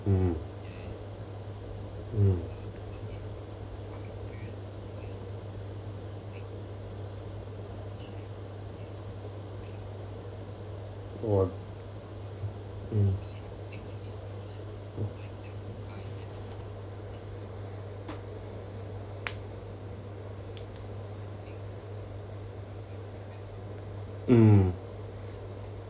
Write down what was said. mm mm go on mm mm